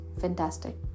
Fantastic